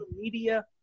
media